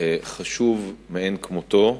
חשוב מאין כמותו.